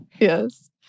Yes